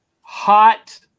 hot